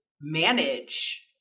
manage